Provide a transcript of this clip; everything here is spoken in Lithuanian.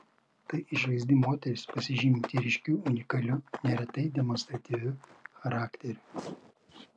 tai išvaizdi moteris pasižyminti ryškiu unikaliu neretai demonstratyviu charakteriu